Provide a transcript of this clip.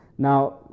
Now